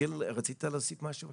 גיל, רצית להוסיף משהו?